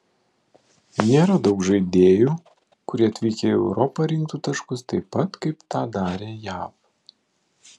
nėra daug žaidėjų kurie atvykę į europą rinktų taškus taip pat kaip tą darė jav